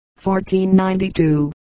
1492